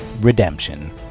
Redemption